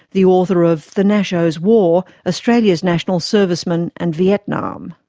the author of the nashos' war australia's national servicemen and vietnam.